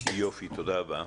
תודה רבה.